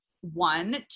one